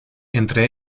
entre